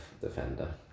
defender